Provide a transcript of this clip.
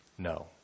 No